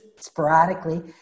sporadically